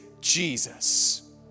Jesus